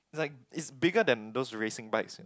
it's like it's bigger than those racing bikes man